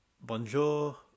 bonjour